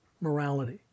morality